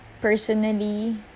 personally